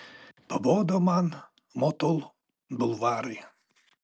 pabodo man motul bulvarai